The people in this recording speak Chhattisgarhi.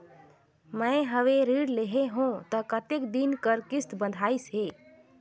मैं हवे ऋण लेहे हों त कतेक दिन कर किस्त बंधाइस हे?